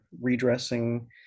redressing